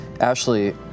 Ashley